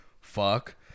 Fuck